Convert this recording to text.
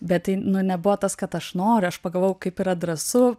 bet tai nu nebuvo tas kad aš noriu aš pagalvojau kaip yra drąsu